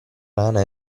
rana